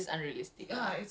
okay but